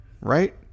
right